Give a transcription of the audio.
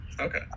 okay